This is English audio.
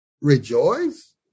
Rejoice